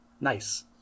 Nice